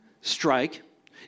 strike